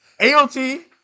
AOT